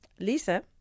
Lisa